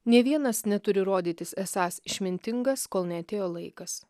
nė vienas neturi rodytis esąs išmintingas kol neatėjo laikas